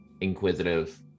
inquisitive